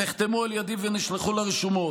נחתמו על ידי ונשלחו לרשומות,